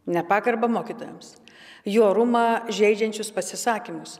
nepagarbą mokytojams jų orumą žeidžiančius pasisakymus